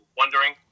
wondering